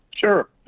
Sure